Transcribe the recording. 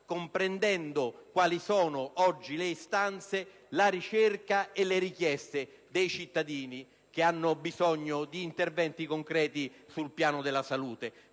comprendendo quali sono oggi le istanze e le richieste dei cittadini che hanno bisogno di interventi concreti sul piano della salute.